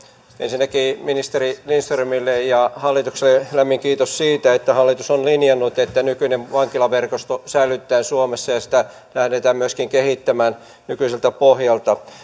ensinnäkin ministeri lindströmille ja hallitukselle lämmin kiitos siitä että hallitus on linjannut että nykyinen vankilaverkosto säilytetään suomessa ja sitä lähdetään myöskin kehittämään nykyiseltä pohjalta